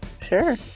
sure